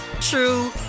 true